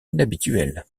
inhabituels